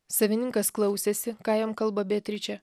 savininkas klausėsi ką jam kalba beatričė